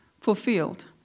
Fulfilled